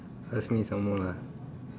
ask me some more lah